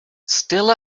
still